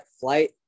flight